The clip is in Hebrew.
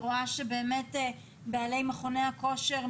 בעלי מכוני הכושר,